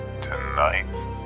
tonight's